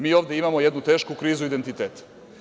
Mi ovde imamo jednu tešku krizu identiteta.